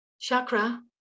Chakra